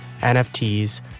NFTs